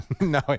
No